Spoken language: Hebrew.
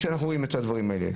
כשאנחנו רואים את הדברים האלה,